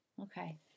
Okay